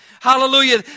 Hallelujah